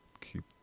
keep